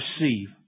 receive